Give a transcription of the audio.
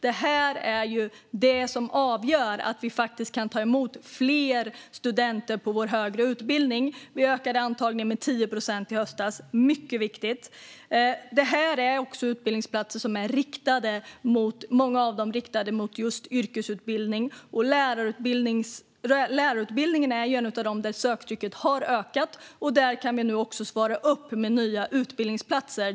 Det är det som avgör att vi faktiskt kan ta emot fler studenter på vår högre utbildning. Vi ökade antagningen med 10 procent denna höst, vilket är mycket viktigt. Det här är också utbildningsplatser som, många av dem, är riktade mot just yrkesutbildning. Lärarutbildningen är en av de utbildningar där söktrycket har ökat, och där kan vi nu också svara upp med nya utbildningsplatser.